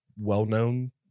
well-known